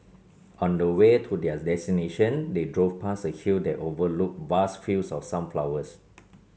on the way to their destination they drove past a hill that overlooked vast fields of sunflowers